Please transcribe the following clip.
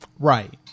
Right